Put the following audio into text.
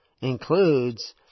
includes